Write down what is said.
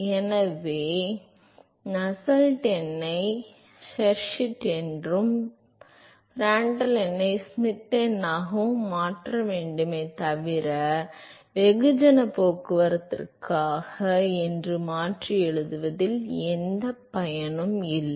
எனவே நஸ்ஸெல்ட் எண்ணை ஷெர்வுட் என்றும் பிராண்ட்ட்ல் எண்ணை ஷ்மிட் எண்ணாகவும் மாற்ற வேண்டுமே தவிர வெகுஜனப் போக்குவரத்திற்காக என்று மாற்றி எழுதுவதில் எந்தப் பயனும் இல்லை